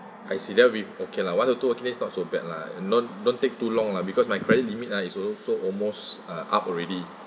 I see that'll be okay lah one or two working days not so bad lah don't~ don't take too long lah because my credit limit ah it's so so almost uh up already